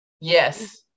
yes